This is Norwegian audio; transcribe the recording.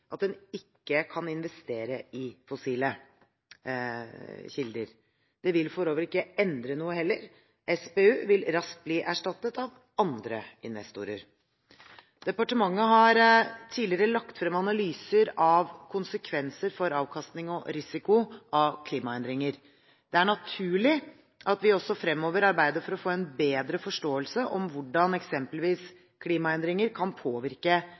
at en ikke kan investere i fossile kilder. Det vil for øvrig heller ikke endre noe. SPU vil raskt bli erstattet av andre investorer. Departementet har tidligere lagt frem analyser av konsekvenser for avkastning og risiko av klimaendringer. Det er naturlig at vi også fremover arbeider for å få en bedre forståelse om hvordan eksempelvis klimaendringer kan påvirke